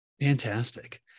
Fantastic